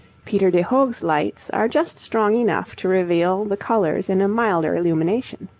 peter de hoogh's lights are just strong enough to reveal the colours in a milder illumination.